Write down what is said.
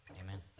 Amen